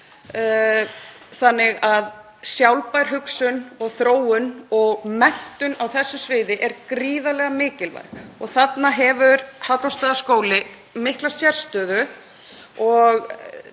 þannig að sjálfbær hugsun og þróun og menntun á þessu sviði er gríðarlega mikilvæg. Þarna hefur Hallormsstaðaskóli mikla sérstöðu.